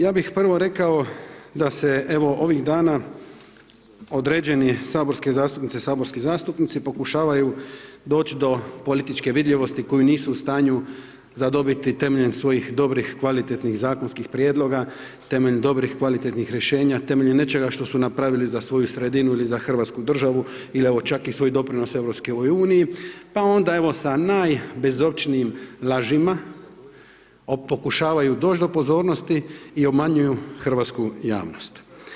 Ja bih prvo rekao da se, evo, ovih dana određeni saborske zastupnice i saborski zastupnici pokušavaju doći do političke vidljivosti koju nisu u stanju zadobiti temeljem svojih dobrih kvalitetnih zakonskih prijedloga, temeljem dobrih kvalitetnih rješenja, temeljem nečega što su napravili za svoju sredinu ili za Hrvatsku državu ili evo čak svoj doprinos EU, pa onda evo sa najbezočnijim lažima pokušavaju doć do pozornosti i obmanjuju hrvatsku javnost.